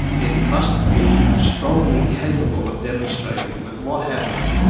it must be strongly capable of demonstrating that what happened,